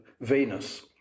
Venus